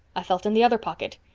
i felt in the other pocket.